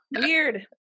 weird